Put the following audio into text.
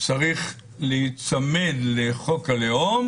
צריך להיצמד לחוק הלאום